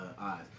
eyes